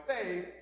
faith